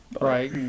Right